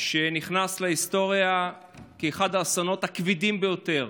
שנכנס להיסטוריה כאחד האסונות הכבדים ביותר: